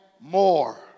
more